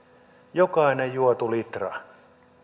jokainen juotu litra